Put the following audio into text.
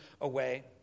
away